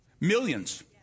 millions